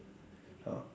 ah